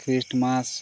Christmas